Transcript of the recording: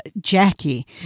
Jackie